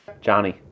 Johnny